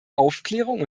aufklärung